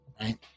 right